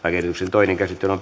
toiseen käsittelyyn